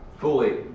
fully